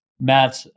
Matt